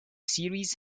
series